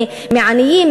מעניים,